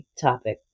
topic